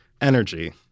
energy